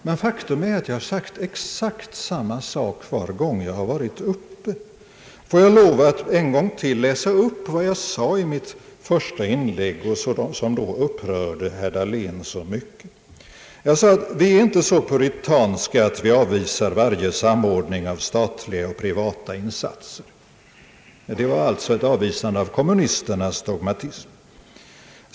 Men faktum är att jag har sagt exakt samma sak varje gång jag varit uppe i denna talarstol. Får jag lov att ännu en gång läsa upp vad jag sade i mitt första inlägg som upprörde herr Dahlén så mycket. Jag sade att vi inte är så puritanska att vi avvisar varje samordning av statliga och privata insatser. Det var alltså ett avvisande av kommunisternas dogmatik.